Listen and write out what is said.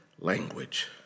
language